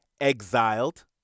exiled